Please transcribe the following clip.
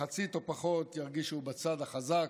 מחצית או פחות ירגישו בצד החזק,